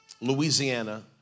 Louisiana